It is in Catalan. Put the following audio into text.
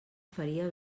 faria